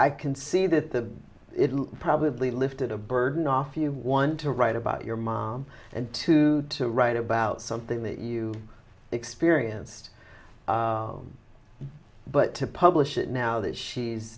can see that the it's probably lifted a burden off you one to write about your mom and to to write about something that you experienced but to publish it now that she's